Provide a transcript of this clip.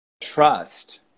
trust